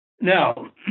Now